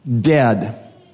dead